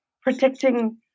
protecting